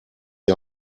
die